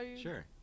Sure